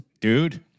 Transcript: Dude